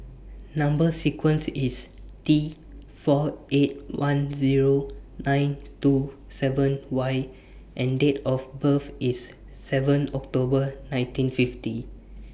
Number sequence IS T four eight one Zero nine two seven Y and Date of birth IS seven October nineteen fifty